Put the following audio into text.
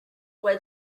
what